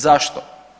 Zašto?